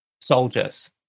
soldiers